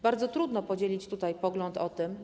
Bardzo trudno podzielić tutaj pogląd o tym.